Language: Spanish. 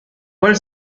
cual